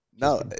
No